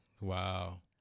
Wow